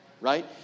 right